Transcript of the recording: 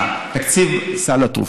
תקציב סל התרופות.